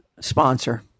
sponsor